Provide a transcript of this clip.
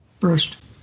first